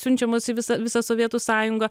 siunčiamos į visą visą sovietų sąjungą